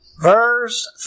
verse